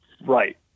Right